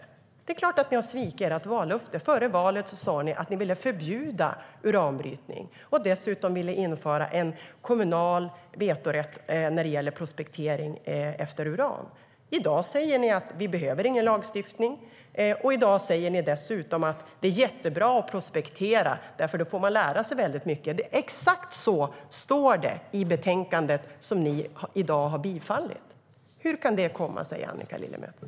Det är klart att ni har svikit ert vallöfte. Före valet sa ni att ni ville förbjuda uranbrytning och dessutom införa en kommunal vetorätt mot prospektering efter uran. I dag säger ni: Vi behöver ingen lagstiftning. I dag säger ni dessutom att det är jättebra att prospektera, eftersom man då får lära sig väldigt mycket. Exakt så står det i betänkandet som ni i dag ska bifalla. Hur kan det komma sig, Annika Lillemets?